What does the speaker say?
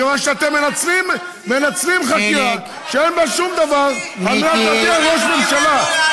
מכיוון שאתם מנצלים חקירה שאין בה שום דבר כדי להדיח ראש ממשלה.